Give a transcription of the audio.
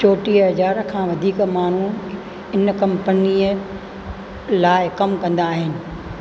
चोटीह हज़ार खां वधीक माण्हू इन कम्पनीअ लाइ कमु कंदा आहिनि